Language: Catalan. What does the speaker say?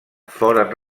foren